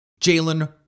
Jalen